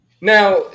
now